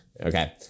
Okay